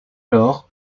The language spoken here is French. lors